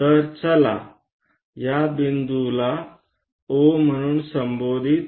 चला तर या बिंदूला O म्हणून संबोधित करू